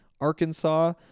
Arkansas